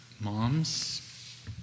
Moms